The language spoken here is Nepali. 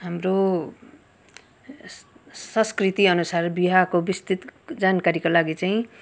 हाम्रो स संस्कृति अनुसार बिहाको विस्तृत जानकारीका लागि चाहिँ